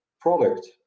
product